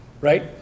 right